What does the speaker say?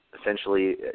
essentially